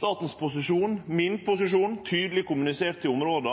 Statens og min posisjon, som er tydeleg kommunisert til områda,